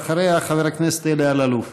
אחריה, חבר הכנסת אלי אלאלוף.